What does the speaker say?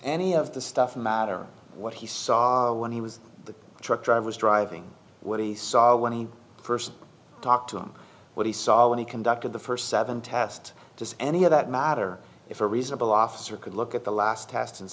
any of the stuff matter what he saw when he was the truck drivers driving what he saw when he first talked to him what he saw when he conducted the first seven test just any of that matter if a reasonable officer could look at the last test and